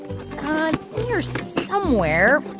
here so somewhere.